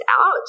out